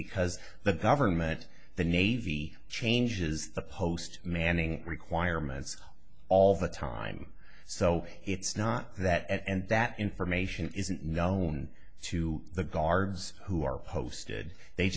because the government the navy changes the post manning requirements all the time so it's not that and that information isn't known to the guards who are posted they